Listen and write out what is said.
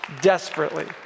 Desperately